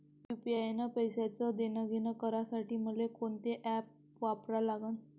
UPI न पैशाचं देणंघेणं करासाठी मले कोनते ॲप वापरा लागन?